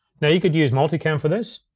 now you could use multicam for this,